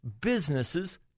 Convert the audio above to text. businesses